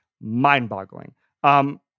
mind-boggling